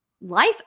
life